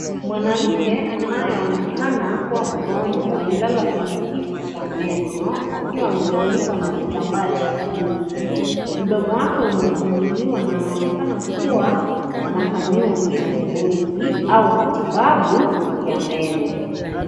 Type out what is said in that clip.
Mwanamke anayeonekana kuwa mgojwa amelala kwenye kiti ya meno, akiwa amefunikwa na kitambaa cha pinki , mdomo wake umefunguliwa na anaonekana kuwa anafanyiwa uchunguzi au matibabu ya meno.